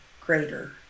greater